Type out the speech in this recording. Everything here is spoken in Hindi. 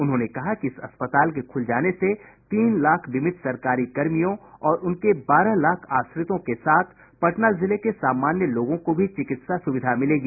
उन्होंने कहा कि इस अस्पताल के खूल जाने से तीन लाख बीमित सरकारी कर्मियों और उनके बारह लाख आश्रितों के साथ पटना जिले के समान्य लोगों को भी चिकित्सा सुविधा मिलेगी